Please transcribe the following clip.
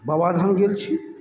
बाबाधाम गेल छी